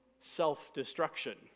self-destruction